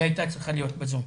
היא הייתה צריכה להיות בזום.